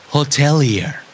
Hotelier